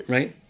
Right